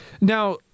Now